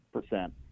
percent